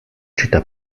città